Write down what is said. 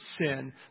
sin